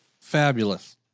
Fabulous